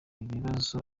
ibibazo